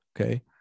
Okay